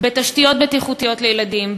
בתשתיות בטיחותיות לילדים,